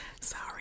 sorry